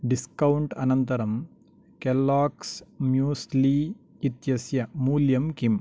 discount अनन्तरं Kellogg's muesli इत्यस्य मूल्यं किम्